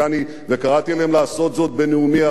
קראתי להם לעשות זאת בנאומי כאן,